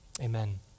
Amen